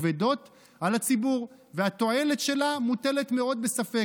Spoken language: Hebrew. כבדות על הציבור והתועלת שלה מוטלת מאוד בספק.